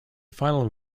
final